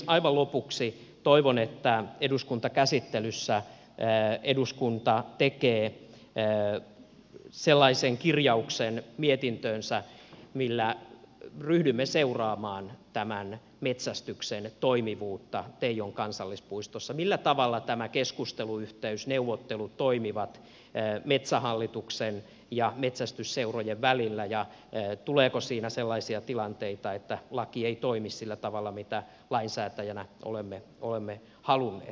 aivan lopuksi toivon että eduskuntakäsittelyssä eduskunta tekee sellaisen kirjauksen mietintöönsä että ryhdymme seuraamaan tämän metsästyksen toimivuutta teijon kansallispuistossa millä tavalla tämä keskusteluyhteys neuvottelut toimivat metsähallituksen ja metsästysseurojen välillä ja tuleeko siinä sellaisia tilanteita että laki ei toimi sillä tavalla mitä lainsäätäjänä olemme halunneet